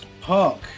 Park